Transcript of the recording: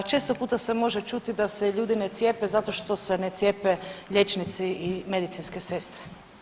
Često puta se može čuti da se ljudi ne cijepe zato što se ne cijepe liječnici i medicinske sestre.